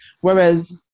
Whereas